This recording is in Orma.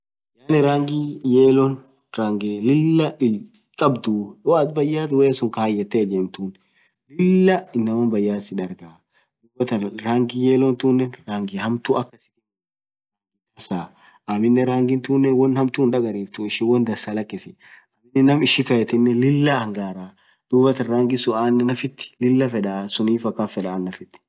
rangii yellow rangii lilah illi khabdhu woathin bayyath woyyasun khayethe ijemthun iliah inaman bayeth sii dhargha dhuathan rangi yellow thunen rangi hamtu akha dhansaa aminen rangi tunen hamtu hindagarifthuu won dhansaa lakhisi naaam ishi kayethinen lila hangaraa dhuathan rangi sunn Ann nafthi Lila fedha sunnif akhan fedha